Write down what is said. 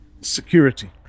security